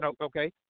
Okay